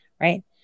right